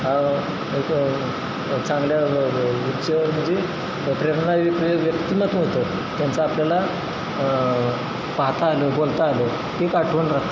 हा एक चांगल्या उच्च म्हणजे प्रेरणा देत एक व्यक्तिमत होतं त्यांचा आपल्याला पाहता आलं बोलता आलं एक आठवण राहते